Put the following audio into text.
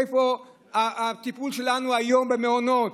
איפה הטיפול שלנו היום במעונות?